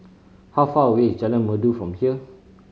how far away is Jalan Merdu from here